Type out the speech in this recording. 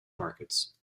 markets